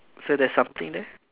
so there's something there